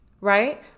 right